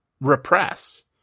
repress